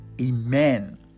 Amen